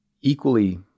equally